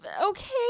Okay